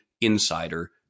insider